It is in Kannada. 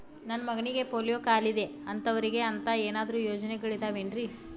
ನನ್ನ ಮಗನಿಗ ಪೋಲಿಯೋ ಕಾಲಿದೆ ಅಂತವರಿಗ ಅಂತ ಏನಾದರೂ ಯೋಜನೆಗಳಿದಾವೇನ್ರಿ?